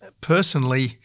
Personally